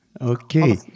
Okay